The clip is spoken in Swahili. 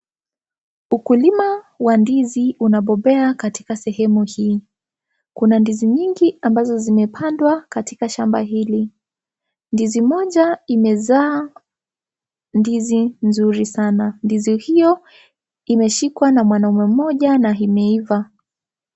Ukulima wa ndizi unabobea katika sehemu hii. Kuna ndizi nyingi ambazo zimepandwa katika shamba hili. Ndizi moja imezaa ndizi nzuri sana. Ndizi hiyo imeshikwa na mwanamme moja na imeiva.